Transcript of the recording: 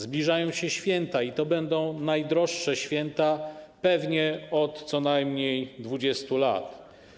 Zbliżają się święta i to będą najdroższe święta pewnie od co najmniej 20 lat.